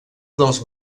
dels